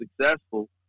successful